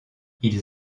ils